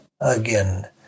Again